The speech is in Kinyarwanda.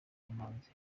kamanzi